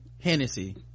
hennessy